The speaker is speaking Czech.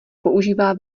používá